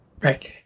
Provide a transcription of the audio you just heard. Right